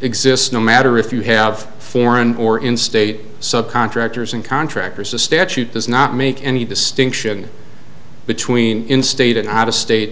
exists no matter if you have foreign or in state subcontractors and contractors the statute does not make any distinction between in state and out of state